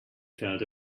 felt